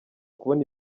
kubona